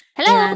hello